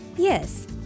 Yes